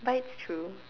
but it's true